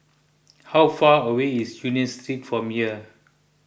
how far away is Union Street from here